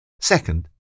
Second